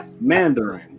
Mandarin